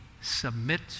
submit